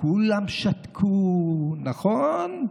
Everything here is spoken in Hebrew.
כולם שתקו, נכון?